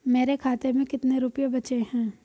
मेरे खाते में कितने रुपये बचे हैं?